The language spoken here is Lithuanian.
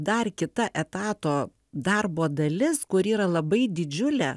dar kita etato darbo dalis kuri yra labai didžiulė